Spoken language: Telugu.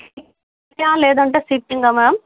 లేదంటే స్లీపింగా మ్యామ్